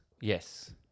Yes